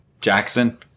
Jackson